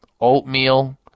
oatmeal